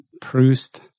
Proust